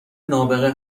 نابغه